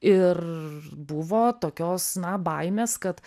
ir buvo tokios na baimės kad